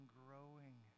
growing